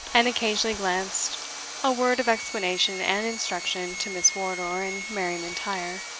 and occasionally glanced a word of explanation and instruction to miss wardour and mary m'intyre,